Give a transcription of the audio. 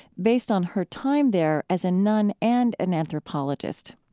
based on her time there as a nun and an anthropologist.